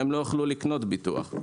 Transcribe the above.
הם לא יוכלו לקנות ביטוח.